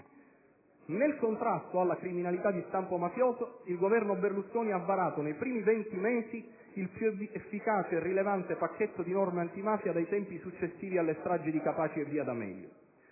Nel contrasto alla criminalità di stampo mafioso, il Governo Berlusconi ha varato, nei primi 20 mesi, il più efficace e rilevante pacchetto di norme antimafia dai tempi successivi alle stragi di Capaci e di via D'Amelio.